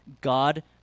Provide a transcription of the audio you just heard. God